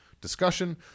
discussion